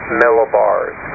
millibars